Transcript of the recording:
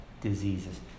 diseases